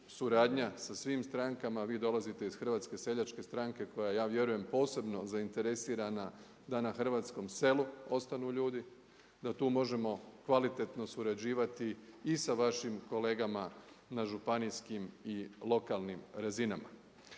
suradnja sa svim strankama, a vi dolazite iz HSS-a koja ja vjerujem posebno zainteresirana da na hrvatskom selu ostanu ljudi, da tu možemo kvalitetno surađivati i sa vašim kolegama na županijskim i lokalnim razinama.